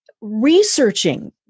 researching